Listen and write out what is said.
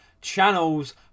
Channels